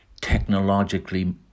Technologically